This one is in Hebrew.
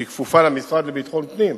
שהיא כפופה למשרד לביטחון פנים,